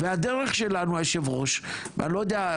והדרך שלנו, היושב-ראש, אני לא יודע.